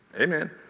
Amen